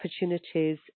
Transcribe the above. opportunities